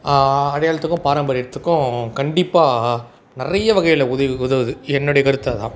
அடையாளத்துக்கும் பாரம்பரியத்துக்கும் கண்டிப்பாக நிறைய வகையில் உதவி உதவுது என்னுடைய கருத்து அதான்